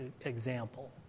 example